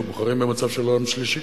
היינו בוחרים במצב של עולם שלישי,